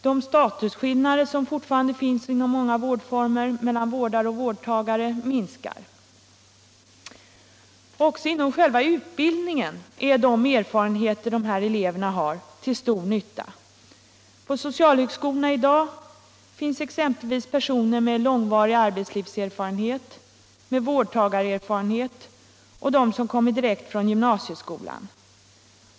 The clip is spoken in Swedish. De statusskillnader som fortfarande finns inom många vårdformer mellan vårdare och vårdtagare minskar. Också inom själva utbildningen är de erfarenheter dessa elever har till stor nytta. På socialhögskolorna i dag finns exempelvis personer med långvarig arbetslivserfarenhet, med vårdtagarerfarenhet och sådana som kommer direkt från gymnasieskolan.